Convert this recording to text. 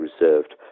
reserved